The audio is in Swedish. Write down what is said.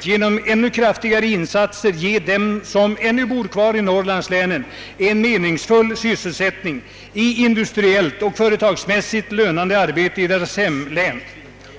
Genom ännu kraftigare insatser bör man kunna ge dem som ännu bor kvar i norrlandslänen en meningsfull sysselsättning i industriellt och företagsmässigt lönande arbete i deras hemlän.